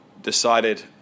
decided